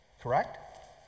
correct